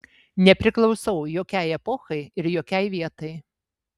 nepriklausau jokiai epochai ir jokiai vietai